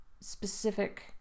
specific